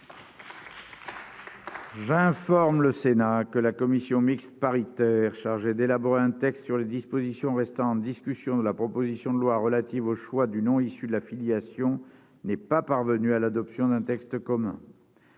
J'informe le Sénat que la commission mixte paritaire chargée d'élaborer un texte sur les dispositions restant en discussion de la proposition de loi relative au choix du nom issu de la filiation n'est pas parvenue à l'adoption d'un texte commun.